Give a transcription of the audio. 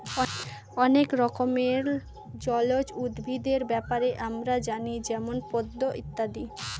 অনেক রকমের জলজ উদ্ভিদের ব্যাপারে আমরা জানি যেমন পদ্ম ইত্যাদি